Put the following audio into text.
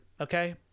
Okay